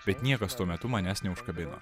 bet niekas tuo metu manęs neužkabino